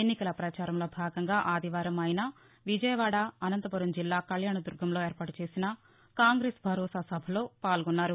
ఎన్నికల ప్రచారంలో భాగంగా ఆదివారం ఆయన విజయవాడ అనంతపురం జిల్లా కళ్యాణదుర్గంలో ఏర్పాటు చేసిన కాంగ్రెస్ భరోసా సభిలో ఆయన పాల్గొన్నారు